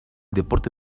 deporte